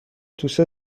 توسه